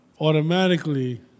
automatically